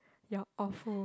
you're awful